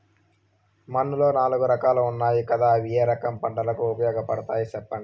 మన్నులో నాలుగు రకాలు ఉన్నాయి కదా అవి ఏ రకం పంటలకు ఉపయోగపడతాయి చెప్పండి?